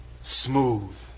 Smooth